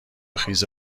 خیز